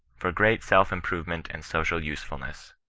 for great self-im provement and social usefulness.